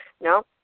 No